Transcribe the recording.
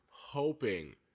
hoping